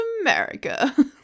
america